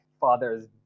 fathers